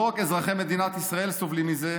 לא רק אזרחי מדינת ישראל סובלים מזה.